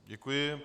Děkuji.